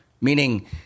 meaning